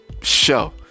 show